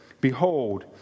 Behold